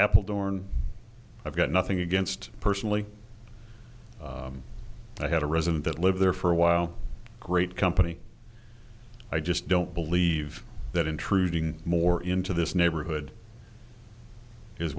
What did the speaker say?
apple dorn i've got nothing against personally i had a resident that lived there for a while great company i just don't believe that intruding more into this neighborhood